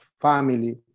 family